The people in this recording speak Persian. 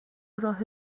راه